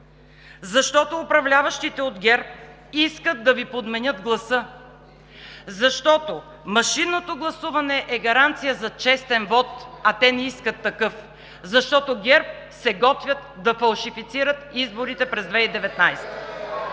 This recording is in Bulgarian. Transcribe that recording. Защото управляващите от ГЕРБ искат да Ви подменят гласа; защото машинното гласуване е гаранция за честен вот, а те не искат такъв; защото ГЕРБ се готвят да фалшифицират изборите през 2019